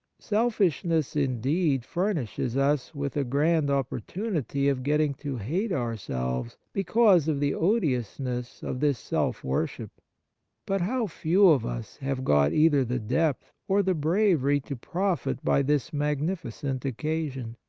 selfishness, indeed, furnishes us with a grand opportunity of getting to hate our selves, because of the odiousness of this self-worship. but how few of us have got either the depth or the bravery to profit by this magnificent occasion!